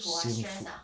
same food